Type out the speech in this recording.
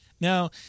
Now